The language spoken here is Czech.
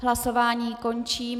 Hlasování končím.